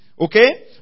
Okay